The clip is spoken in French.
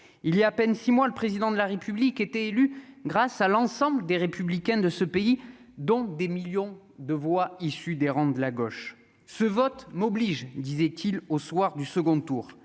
il y a à peine 6 mois, le président de la République était élu grâce à l'ensemble des républicains de ce pays dont des millions de voix issu des rangs de la gauche, ce vote m'oblige, disait-il au soir du second tour,